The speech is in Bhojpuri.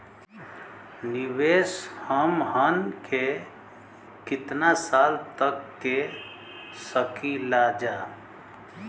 निवेश हमहन के कितना साल तक के सकीलाजा?